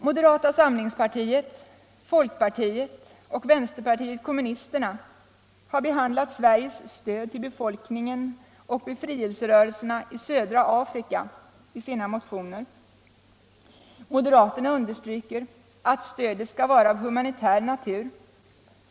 Moderata samlingspartiet, folkpartiet och vänsterpartiet kommunisterna har behandlat Sveriges stöd till befolkningen och befrielserörelserna i södra Afrika i sina motioner. Moderaterna understryker att stödet skall vara av humanitär natur.